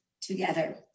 together